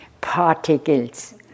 particles